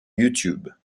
youtube